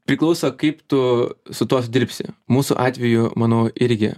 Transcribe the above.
priklauso kaip tu su tuo dirbsi mūsų atveju manau irgi